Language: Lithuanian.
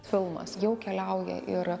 filmas jau keliauja ir